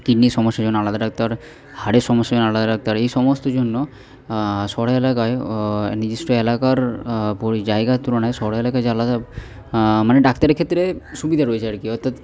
কিডনির সমস্যার জন্য আলাদা ডাক্তার হাড়ের সমস্যার জন্য আলাদা ডাক্তার এই সমস্ত জন্য শহরে এলাকায় নির্দিষ্ট এলাকার পরি জায়গার তুলনায় শহরে এলাকায় যে আলাদা মানে ডাক্তারি ক্ষেত্রে সুবিধা রয়েছে আর কি অর্থাৎ